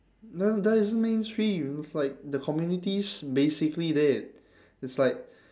that that isn't mainstream it's like the community's basically dead it's like